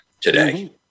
today